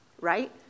right